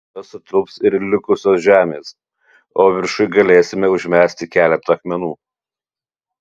tada sutilps ir likusios žemės o viršuj galėsime užmesti keletą akmenų